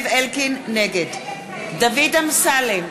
נגד דוד אמסלם,